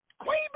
Queen